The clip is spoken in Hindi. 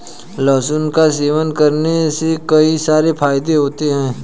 लहसुन का सेवन करने के कई सारे फायदे होते है